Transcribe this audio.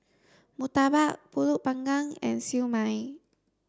Murtabak Pulut panggang and Siew Mai